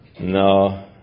No